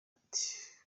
ati